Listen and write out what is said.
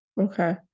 Okay